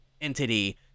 entity